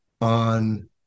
on